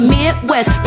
Midwest